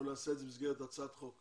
אנחנו נעשה את זה במסגרת הצעת חוק.